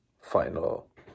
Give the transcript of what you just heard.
final